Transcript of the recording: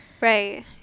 Right